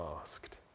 asked